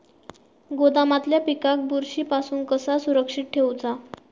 गोदामातल्या पिकाक बुरशी पासून कसा सुरक्षित ठेऊचा?